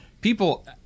people